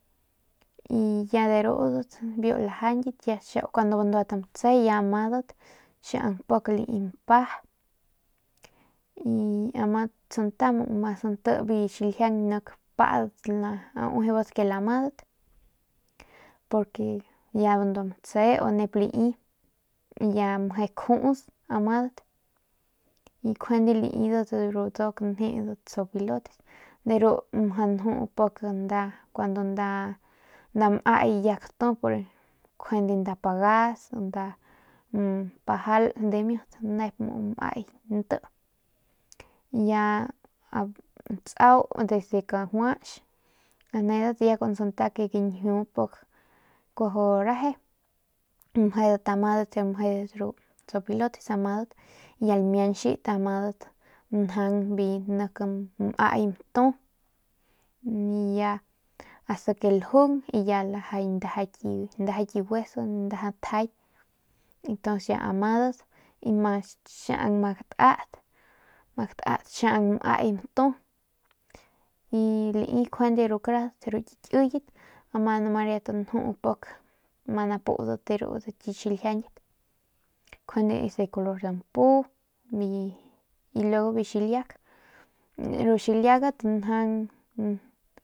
Y ya derudat biu lajañit ya tsau bandu t matse ya amadat xiaung pik lai mpa y santa mu mas nti bi nik padat uijibat ke lamadat porque ya bandua matse u nep lai y ya meje kjuts amadat y nkjuande laidat nduk njeudat zopilotes de ru mjau nju pik nda kuandu nda nmaay ya gatu njuande nda pagas nda npajal dimiut nep nep mu nmay nti ya tsau desde kajuach nedat ya kun santa ke gañjiu pik kuajau reje mejedat amadat ru zopilotes amadat ya lamjianchit njaung biu nik nmay matu y ya ast ke laljung y ya lajañ ndaja ki hueso ndaja tjay y entonces ya madat y ya xiaung am gatat xiaung nmay matu y lai njuande ru karadat ru ki kiyat ama nju riat pik ma napudat rudat kit xiljiañit njuande es de color dampu y luego biu xiliak ru xiliagat njaung.